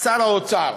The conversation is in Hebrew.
שר האוצר.